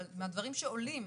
אבל מהדברים שעולים,